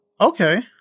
Okay